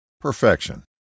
Perfection